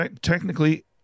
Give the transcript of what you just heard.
technically